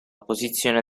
posizione